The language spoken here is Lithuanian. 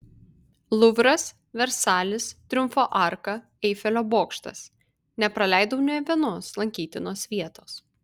luvras versalis triumfo arka eifelio bokštas nepraleidau nė vienos lankytinos vietos